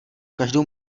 každou